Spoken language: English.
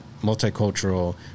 multicultural